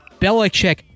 Belichick